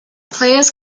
players